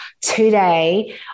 today